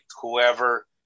whoever